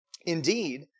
Indeed